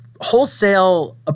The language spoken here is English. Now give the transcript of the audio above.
wholesale